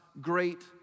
great